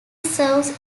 serves